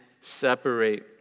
separate